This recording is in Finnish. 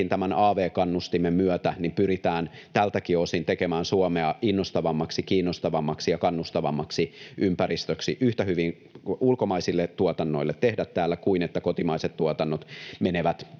tämän av-kannustimen myötä pyritään tältäkin osin tekemään Suomea innostavammaksi, kiinnostavammaksi ja kannustavammaksi ympäristöksi yhtä hyvin ulkomaisille tuotannoille tehdä täällä kuin että kotimaiset tuotannot menevät